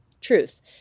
truth